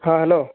ହଁ ହ୍ୟାଲୋ